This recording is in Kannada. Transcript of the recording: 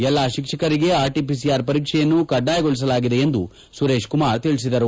ಎಲ್ಲ ಶಿಕ್ಷಕರಿಗೆ ಆರ್ ಟಿಪಿಸಿಆರ್ ಪರೀಕ್ಷೆಯನ್ನು ಕಡ್ಡಾಯಪದಿಸಲಾಗಿದೆ ಎಂದು ಸುರೇಶ್ ಕುಮಾರ್ ತಿಳಿಸಿದರು